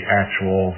actual